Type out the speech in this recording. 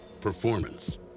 performance